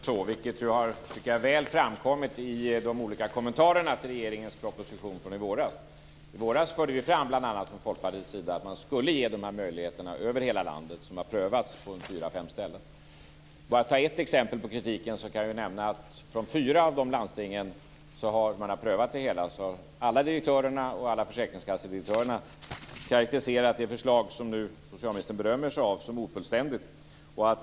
Herr talman! Tyvärr är det inte så, vilket framkommit av de olika kommentarerna till regeringens proposition från i våras. I våras förde vi bl.a. från Folkpartiets sida fram att man skulle ge de här möjligheterna över hela landet. De har prövats på fyra fem ställen. För att ge ett exempel på kritiken kan jag nämna att från fyra av de landsting där man har prövat det hela karakteriserar alla direktörerna och alla försäkringskassedirektörerna det förslag som socialministern nu berömmer sig av, som ofullständigt.